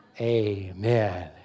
Amen